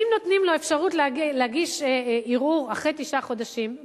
אם נותנים לו אפשרות להגיש ערעור אחרי תשעה חודשים,